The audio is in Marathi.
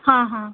हां हां